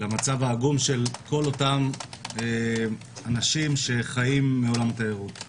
למצב העגום של כל אותם אנשים שחיים מעולם התיירות.